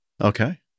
Okay